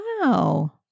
Wow